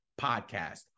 Podcast